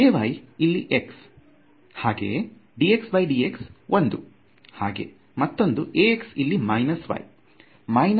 Ay ಇಲ್ಲಿ x ಹಾಗೆ dxdx 1 ಹಾಗೆ ಮತ್ತೊಂದು Ax ಇಲ್ಲಿ y